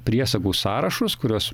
priesagų sąrašus kurios